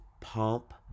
pomp